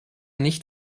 nicht